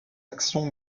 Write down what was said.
actions